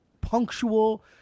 punctual